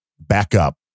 Backup